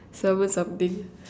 salmon something